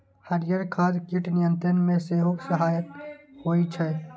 हरियर खाद कीट नियंत्रण मे सेहो सहायक होइ छै